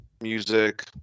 music